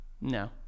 No